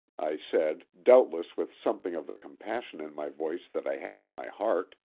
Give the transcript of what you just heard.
i said, doubtless with something of the compassion in my voice that i had in my heart,